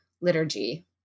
liturgy